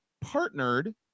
partnered